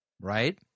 right